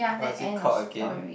what's it called again